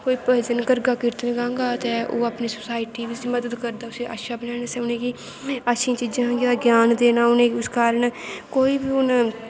कोई भजन करगा कीर्तन करगा ते ओह् अपनी सोसाईटी बिच्च मदद करदा उसी अच्चा बनाने च उच्छियें चीजें दा ग्यान देना उस कारन कोई बी हुन